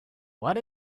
what